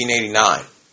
1989